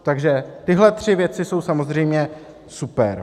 Takže tyhle tři věci jsou samozřejmě super.